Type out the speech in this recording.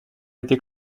été